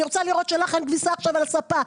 אני רוצה לראות שלך אין כביסה עכשיו על הספה.